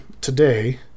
today